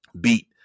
beat